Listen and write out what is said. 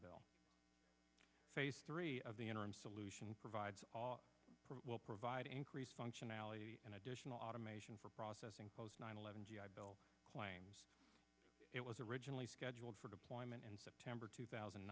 bill face three of the interim solution provides will provide an increase functionality and additional automation for processing post nine eleven g i bill claims was originally scheduled for deployment in september two thousand